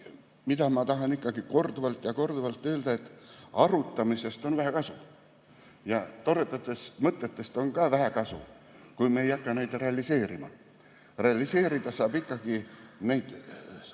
mida ma tahan ikkagi korduvalt ja korduvalt öelda: arutamisest on vähe kasu ja toredatest mõtetest on ka vähe kasu, kui me ei hakka neid realiseerima. Realiseerida saab ikkagi neid,